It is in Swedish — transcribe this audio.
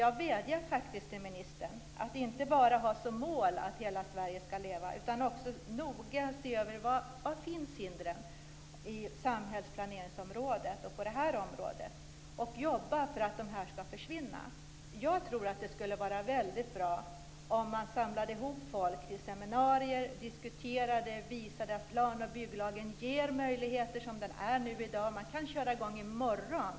Jag vädjar faktiskt till ministern att inte bara ha som mål att hela Sverige skall leva utan också noga se över var hindren finns på samhällsplaneringsområdet och på det här området och jobba för att de skall försvinna. Jag tror att det skulle vara väldigt bra om man samlade ihop folk till seminarier och diskuterade och visade att plan och bygglagen, som den är i dag, ger möjligheter. Man kan köra i gång i morgon.